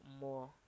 more